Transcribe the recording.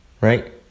right